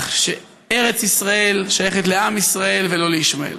שארץ ישראל שייכת לעם ישראל ולא לישמעאל.